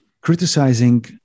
criticizing